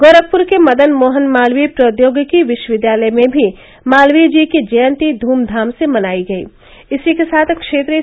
गोरखपुर के मदन मोहन मालवीय प्रौद्योगिकी विश्वविद्यालय में भी मालवीय जी की जयंती धूमधाम से मनायी गयी